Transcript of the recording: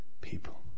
people